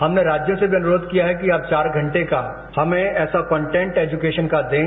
हमने राज्यों से भी अनुरोध किया है कि आप चार घंटे का हमें ऐसा कंटेन्ट एजुकेशन का दें